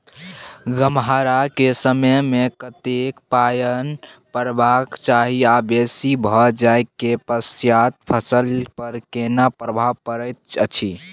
गम्हरा के समय मे कतेक पायन परबाक चाही आ बेसी भ जाय के पश्चात फसल पर केना प्रभाव परैत अछि?